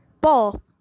Ball